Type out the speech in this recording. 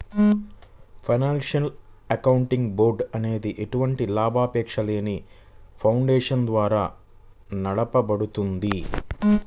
financial accounting board అనేది ఎలాంటి లాభాపేక్షలేని ఫౌండేషన్ ద్వారా నడపబడుద్ది